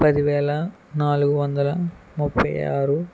పదివేల నాలుగువందల ముప్పై ఆరు